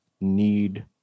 need